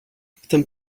wtem